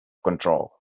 control